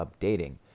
updating